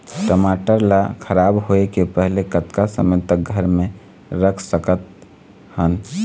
टमाटर ला खराब होय के पहले कतका समय तक घर मे रख सकत हन?